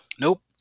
Nope